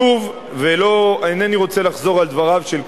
שוב, ואינני רוצה לחזור על דבריו של קודמי: